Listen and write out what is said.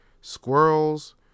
Squirrels